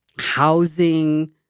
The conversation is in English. housing